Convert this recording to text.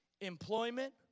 employment